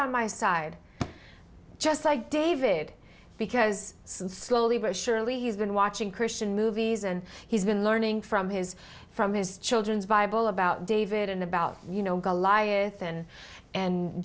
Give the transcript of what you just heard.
on my side just like david because slowly but surely he's been watching christian movies and he's been learning from his from his children's bible about david and about you know goliath and and